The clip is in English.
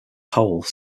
hole